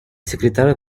секретарь